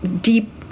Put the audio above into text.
deep